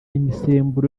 imisemburo